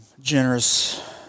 generous